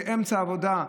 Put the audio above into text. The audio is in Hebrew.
באמצע העבודה,